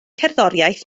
cerddoriaeth